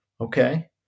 Okay